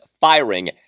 firing